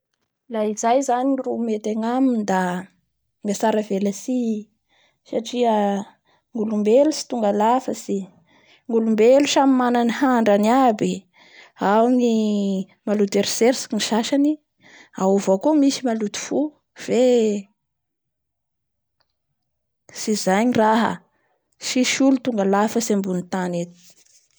Laha izay zany ro mety agnaminy da miatsara velatsihy i, satria ny olombelo tsy tonga lafatsy ny olombelo samy mana ny handrany aby, ao ny maoto eritseritsy ny sasany ao avao koa misy maoto fo fe tsy izay ny raha tsis olo tonga lafatsy ambonitany eto;